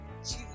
Jesus